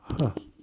ha